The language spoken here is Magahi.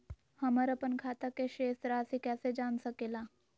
हमर अपन खाता के शेष रासि कैसे जान सके ला?